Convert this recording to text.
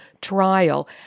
trial